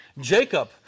Jacob